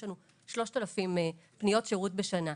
יש לנו 3,000 פניות שירות בשנה.